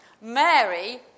Mary